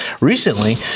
recently